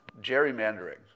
gerrymandering